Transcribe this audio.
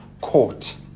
court